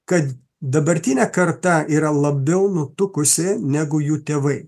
kad dabartinė karta yra labiau nutukusi negu jų tėvai